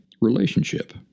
relationship